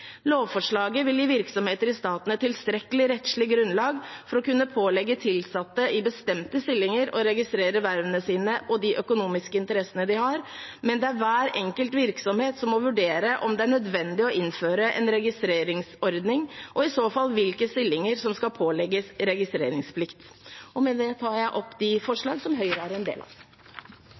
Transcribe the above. et tilstrekkelig rettslig grunnlag for å kunne pålegge tilsatte i bestemte stillinger å registrere vervene sine og de økonomiske interessene de har, men det er hver enkelt virksomhet som må vurdere om det er nødvendig å innføre en registreringsordning og i så fall hvilke stillinger som skal pålegges registreringsplikt. Tusen takk til saksordføraren for eit godt innlegg. Det